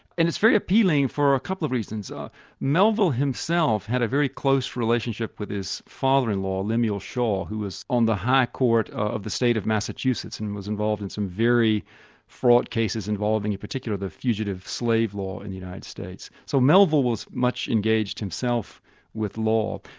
and it's very appealing for a couple of reasons. ah melville himself had a very close relationship with his father-in-law, lineal shaw, who was on the high court of the state of massachusetts and was involved in some very fraught cases involving in particular, the fugitive slave law in the united states. so melville was much engaged himself with law.